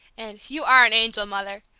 and you are an angel, mother!